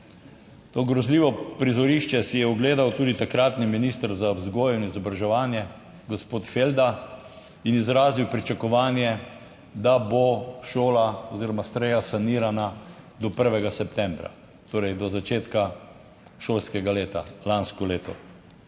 To grozljivo prizorišče si je ogledal tudi takratni minister za vzgojo in izobraževanje, gospod Felda in izrazil pričakovanje, da bo šola oziroma strela sanirana do 1. septembra, torej do začetka šolskega leta lansko leto.